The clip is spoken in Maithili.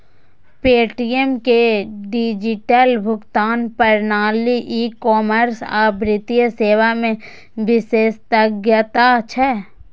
पे.टी.एम के डिजिटल भुगतान प्रणाली, ई कॉमर्स आ वित्तीय सेवा मे विशेषज्ञता छै